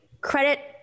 credit